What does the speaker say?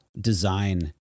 design